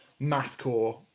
Mathcore